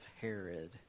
Herod